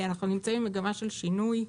אנחנו נמצאים במגמה של שינוי,